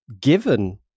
given